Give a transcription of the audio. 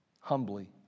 humbly